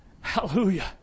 Hallelujah